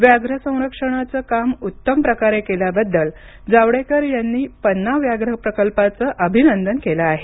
व्याघ्र संरक्षणाचं काम उत्तम प्रकारे केल्याबद्दल जावडेकर यांनी पन्ना व्याघ्र प्रकल्पाचं अभिनंदन केलं आहे